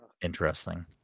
Interesting